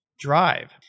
drive